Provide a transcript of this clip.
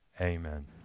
Amen